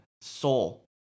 soul